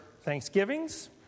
thanksgivings